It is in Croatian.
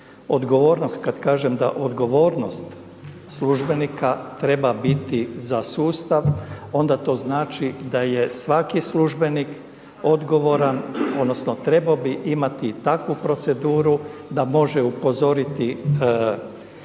Odgovornost kad kažem da odgovornost službenika treba biti za sustav onda to znači da je svaki službenik odgovoran odnosno bi trebao imati i takvu proceduru da može upozoriti od sa